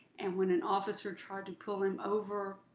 and when an officer tried to pull him over,